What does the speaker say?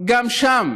גם שם.